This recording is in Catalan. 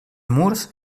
murs